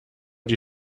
die